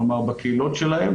כלומר בקהילות שלהם,